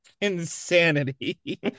insanity